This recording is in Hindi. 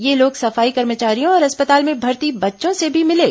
ये लोग सफाई कर्मचारियों और अस्पताल में भर्ती बच्चों से भी मिले